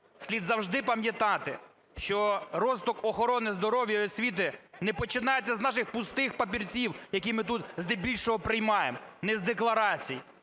слід завжди пам'ятати, що розвиток охорони здоров'я і освіти не починається з наших пустих папірців, які ми тут здебільшого приймаємо, не з декларацій,